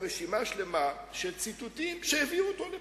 השר איתן הוא דוגמה טובה.